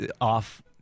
off